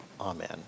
Amen